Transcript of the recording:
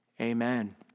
Amen